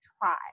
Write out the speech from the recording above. try